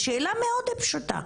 זאת שאלה מאוד פשוטה.